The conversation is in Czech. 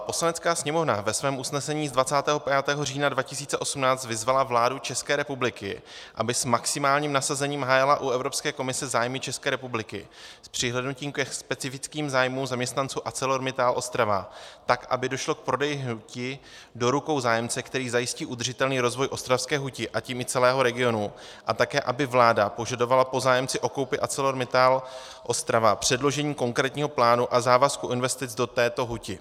Poslanecká sněmovna ve svém usnesení z 25. října 2018 vyzvala vládu České republiky, aby s maximálním nasazením hájila u Evropské komise zájmy České republiky s přihlédnutím ke specifickým zájmům zaměstnanců Arcelor Mittal Ostrava, tak aby došlo k prodeji huti do rukou zájemce, který zajistí udržitelný rozvoj ostravské huti, a tím i celého regionu, a také aby vláda požadovala po zájemci o koupi Arcelor Mittal Ostrava předložení konkrétního plánu a závazku investic do této huti.